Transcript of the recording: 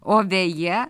o veja